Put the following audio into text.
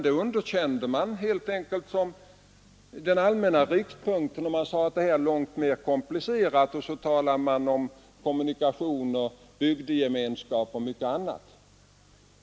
Man underkände helt enkelt detta som den allmänna riktpunkten och sade att frågan är långt mer komplicerad än så. Man talade bl.a. om kommunikationer, bygdegemenskap och mycket annat.